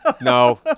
No